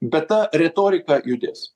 bet ta retorika judės